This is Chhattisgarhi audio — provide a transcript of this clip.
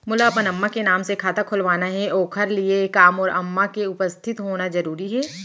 मोला अपन अम्मा के नाम से खाता खोलवाना हे ओखर लिए का मोर अम्मा के उपस्थित होना जरूरी हे?